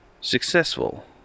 successful